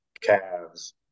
calves